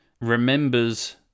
remembers